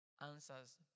answers